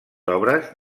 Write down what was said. obres